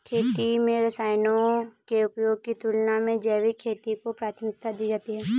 खेती में रसायनों के उपयोग की तुलना में जैविक खेती को प्राथमिकता दी जाती है